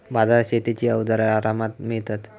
बाजारात शेतीची अवजारा आरामात मिळतत